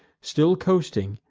still coasting,